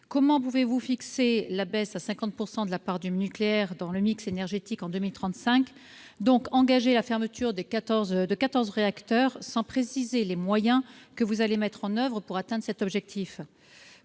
comment pouvez-vous prévoir de ramener à 50 % la part du nucléaire dans le mix énergétique en 2035, donc engager la fermeture de quatorze réacteurs, sans préciser quels moyens vous allez mettre en oeuvre pour atteindre cet objectif ?